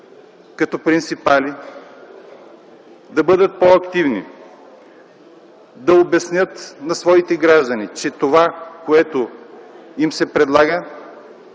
като принципали да бъдат по-активни, да обяснят на своите граждани, че това, което им се предлага,